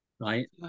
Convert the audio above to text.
right